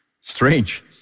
Strange